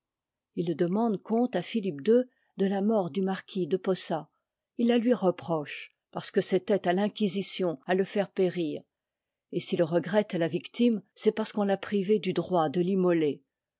il demande compte à philippe il de la mort du marquis de posa il la lui reproche parce que c'était à l'inquisition à le faire périr et s'il regrette la victime c'est parce qu'on l'a privé du droit de t'immoler